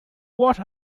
what